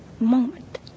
moment